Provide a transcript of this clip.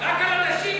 יש לך עוד שתי דקות.